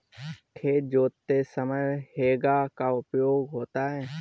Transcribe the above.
खेत जोतते समय हेंगा का उपयोग होता है